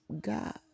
God